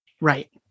Right